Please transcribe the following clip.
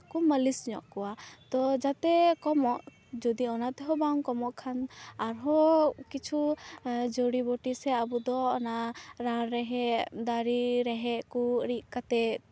ᱟᱨᱠᱩ ᱢᱟᱞᱤᱥ ᱧᱚᱜ ᱠᱚᱣᱟ ᱛᱳ ᱡᱟᱛᱮ ᱠᱚᱢᱚᱜ ᱡᱩᱫᱤ ᱚᱱᱟ ᱛᱮᱦᱚᱸ ᱵᱟᱝ ᱠᱚᱢᱚᱜ ᱠᱷᱟᱱ ᱟᱨᱦᱚᱸ ᱠᱤᱪᱷᱩ ᱡᱩᱲᱤᱵᱩᱴᱤ ᱥᱮ ᱟᱵᱚ ᱫᱚ ᱚᱱᱟ ᱨᱟᱱ ᱨᱮᱦᱮᱫ ᱫᱟᱨᱮ ᱨᱮᱦᱮᱫ ᱠᱚ ᱨᱤᱛ ᱠᱟᱛᱮᱫ